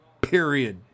Period